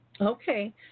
Okay